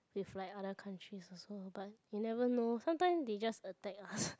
with like all the countries also but you never know some time they just attack us